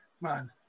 man